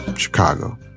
Chicago